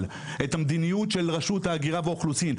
את המדיניות של רשות ההגירה והאוכלוסין.